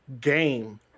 Game